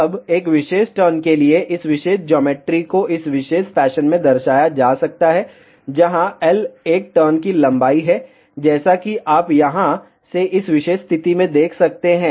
अब एक विशेष टर्न के लिए इस विशेष ज्योमेट्री को इस विशेष फैशन में दर्शाया जा सकता है जहां L एक टर्न की लंबाई है जैसा कि आप यहां से इस विशेष स्थिति में देख सकते हैं